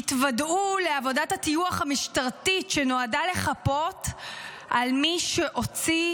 תתוודעו לעבודת הטיוח המשטרתית שנועדה לחפות על מי שהוציא